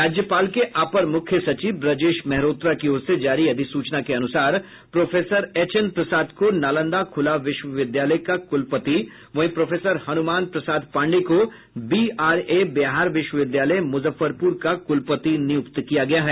राज्यपाल के अपर मुख्य सचिव ब्रजेश मेहरोत्रा की ओर से जारी अधिसूचना के अनुसार प्रोफेसर एचएन प्रसाद को नालंदा खुला विश्वविद्यालय का कुलपति वहीं प्रोफेसर हनुमान प्रसाद पांडेय को बीआरए बिहार विश्वविद्यालय मुजफ्फरपुर का कुलपति नियुक्त किया गया है